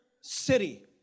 city